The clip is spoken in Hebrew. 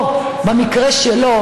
ובמקרה שלו,